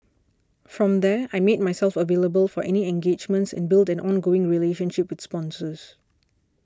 from there I made myself available for any engagements and built an ongoing relationship with sponsors